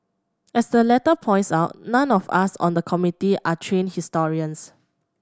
as the letter points out none of us on the Committee are trained historians